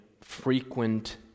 Frequent